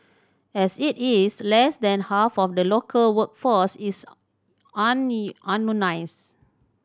as it is less than half of the local workforce is